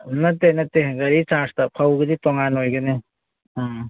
ꯅꯠꯇꯦ ꯅꯠꯇꯦ ꯒꯥꯔꯤ ꯆꯥꯔꯖꯇ ꯐꯧꯒꯤꯗꯤ ꯇꯣꯡꯉꯥꯟꯅ ꯑꯣꯏꯒꯅꯤ ꯎꯝ